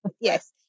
yes